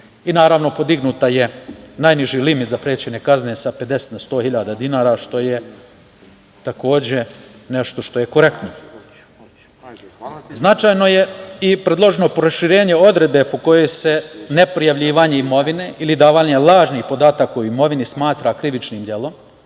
Naravno, podignut je najniži limit zaprećene kazne sa 50 na 100.000 dinara, što je nešto što je korektno. Značajno je i predloženo proširenje odredbe po kojoj se ne prijavljivanje imovine ili davanje lažnih podataka o imovini smatra krivičnim delom,